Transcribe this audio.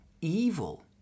evil